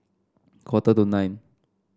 quarter to nine